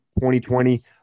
2020